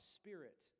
spirit